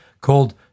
called